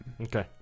Okay